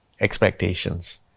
expectations